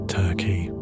turkey